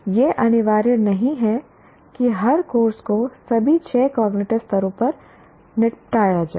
यह अनिवार्य नहीं है कि हर कोर्स को सभी छह कॉग्निटिव स्तरों पर निपटाया जाए